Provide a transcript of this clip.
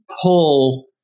pull